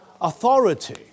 authority